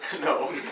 No